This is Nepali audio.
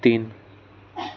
तिन